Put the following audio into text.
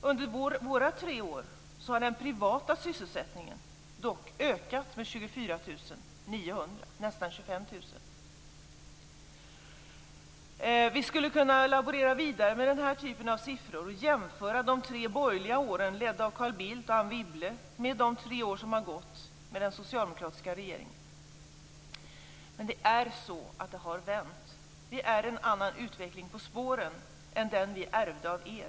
Under våra tre år har den privata sysselsättningen dock ökat med 24 900 platser, nästan 25 000. Vi skulle kunna laborera vidare med den här typen av siffror och jämföra de tre borgerliga åren, ledda av Carl Bildt och Anne Wibble, med de tre år som har gått med den socialdemokratiska regeringen. Men det är ändå så att det har vänt. Vi är nu en annan utveckling på spåren än den vi ärvde av er.